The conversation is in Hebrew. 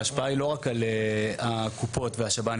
ההשפעה היא לא רק על הקופות והשב"נים,